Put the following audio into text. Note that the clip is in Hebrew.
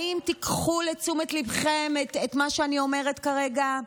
האם תיקחו לתשומת ליבכם את מה שאני אומרת כרגע?